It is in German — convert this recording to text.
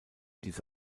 diese